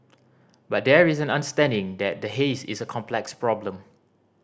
but there is an understanding that the haze is a complex problem